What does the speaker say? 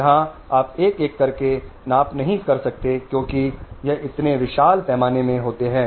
यहाँ आप एक एक करके नाप नहीं कर सकते क्योंकि यह इतने विशाल पैमाने में है